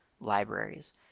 libraries